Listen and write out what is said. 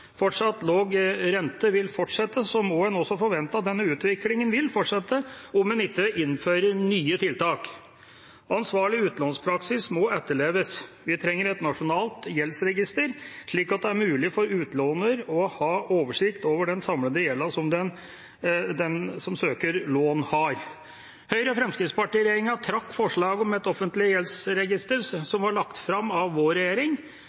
denne utviklingen vil fortsette, om en ikke innfører nye tiltak. Ansvarlig utlånspraksis må etterleves. Vi trenger et nasjonalt gjeldsregister, slik at det er mulig for utlåner å ha oversikt over den samlede gjelden som den som søker lån, har. Høyre–Fremskrittsparti-regjeringa trakk forslaget om et offentlig gjeldsregister, som ble lagt fram av vår regjering,